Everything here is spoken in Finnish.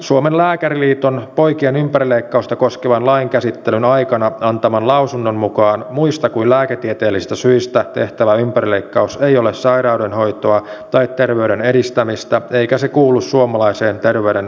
suomen lääkäriliiton poikien ympärileikkausta koskevan lain käsittelyn aikana antaman lausunnon mukaan muista kuin lääketieteellisistä syistä tehtävä ympärileikkaus ei ole sairaudenhoitoa tai terveyden edistämistä eikä se kuulu suomalaiseen terveydenhoitojärjestelmään